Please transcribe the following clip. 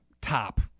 top